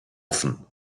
offen